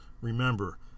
remember